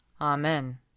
Amen